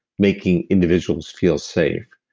making individuals feel safe.